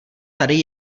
tady